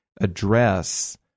address